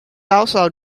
also